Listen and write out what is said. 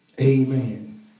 amen